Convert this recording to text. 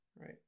Right